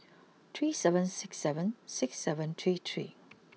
three seven six seven six seven three three